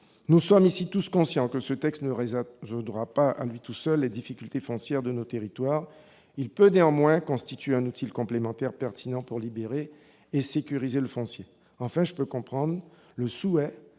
nous sommes ici tous conscients que ce texte ne résoudra pas, à lui seul, les difficultés foncières de nos territoires. Il peut néanmoins constituer un outil complémentaire pertinent pour libérer et sécuriser le foncier. Je comprends le souhait